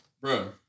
Bro